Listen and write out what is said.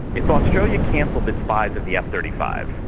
if australia cancelled its buys of the f thirty five,